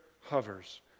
hovers